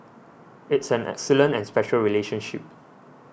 it's an excellent and special relationship